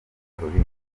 rulindo